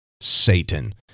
Satan